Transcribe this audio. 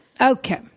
Okay